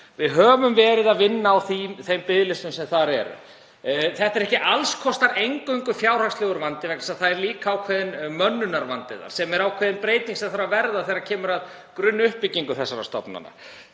Við höfum verið að vinna á þeim biðlistum sem þar eru. Þetta er ekki eingöngu fjárhagslegur vandi, það er líka ákveðinn mönnunarvandi, og það er ákveðin breyting sem þarf að verða þegar kemur að grunnuppbyggingu þessara stofnana.